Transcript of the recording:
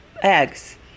eggs